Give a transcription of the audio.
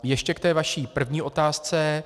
Ještě k té vaší první otázce.